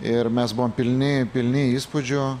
ir mes buvom pilni pilni įspūdžių